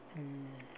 um